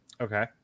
Okay